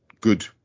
good